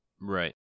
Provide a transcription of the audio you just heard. Right